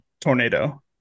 tornado